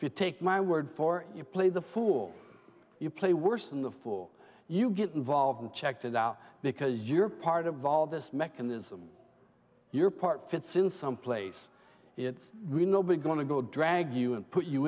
if you take my word for it you play the fool you play worse than the fool you get involved and checked it out because you're part of walvis mechanism your part fits in some place it's nobody's going to go drag you and put you